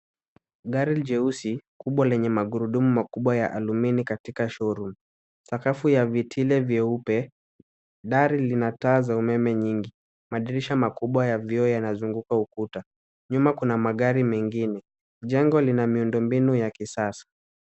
Gari jeusi kubwa lenye magurudumu makubwa ya alumini katika showroom . Sakafu ya vitile vyeupe. Ndari lina taa za umeme nyingi. Madirisha makubwa ya vioo yanazunguka ukuta. Nyuma kuna magari mengine. Jengo lina miundo mbinu ya kisasa.